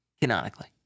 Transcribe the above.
Canonically